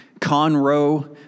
Conroe